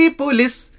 police